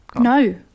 No